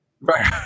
right